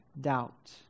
doubt